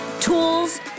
tools